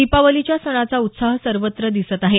दिपावलीच्या सणाचा उत्साह सर्वत्र दिसत आहे